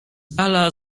dala